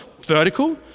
vertical